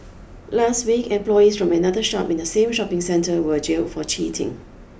last week employees from another shop in the same shopping centre were jailed for cheating